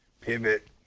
Pivot